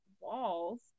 walls